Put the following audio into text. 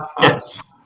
Yes